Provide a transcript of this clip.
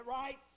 right